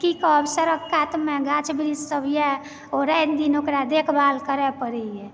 की कहब सड़क कातमे गाछ वृक्ष सब येए ओ राति दिन ओकरा देखभाल करय पड़ैए